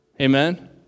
Amen